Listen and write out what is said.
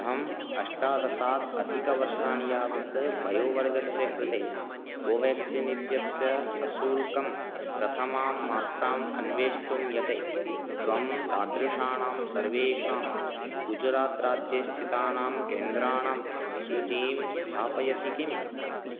अहम् अष्टादशात् अधिकवर्षाणि यावत् वयोवर्गस्य कृते कोवेक्सिन् इत्यस्य सशुल्कं प्रथमां मात्राम् अन्वेष्टुं यते त्वं तादृशाणां सर्वेषां गुजरात्राज्ये स्थितानां केन्द्राणां सूचीं स्थापयसि किम्